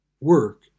Work